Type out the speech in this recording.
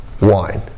wine